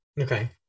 okay